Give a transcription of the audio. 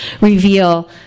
reveal